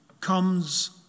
comes